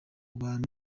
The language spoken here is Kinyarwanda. bantu